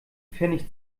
pfennig